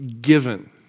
given